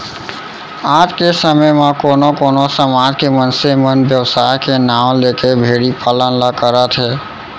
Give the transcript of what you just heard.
आज के समे म कोनो कोनो समाज के मनसे मन बेवसाय के नांव लेके भेड़ी पालन ल करत हें